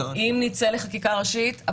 נצא לחקיקה ראשית.